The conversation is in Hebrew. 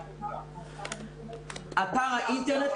אתר האינטרנט,